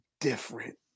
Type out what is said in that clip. different